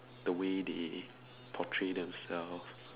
the way they portray themself